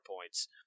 points